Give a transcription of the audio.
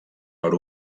per